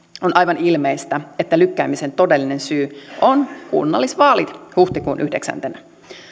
on aivan ilmeistä että lykkäämisen todellinen syy on kunnallisvaalit huhtikuun yhdeksäntenä